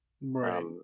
Right